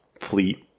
fleet